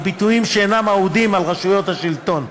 על ביטויים שאינם אהודים על רשויות השלטון.